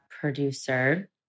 producer